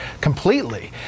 completely